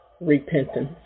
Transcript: repentance